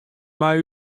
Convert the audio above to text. mei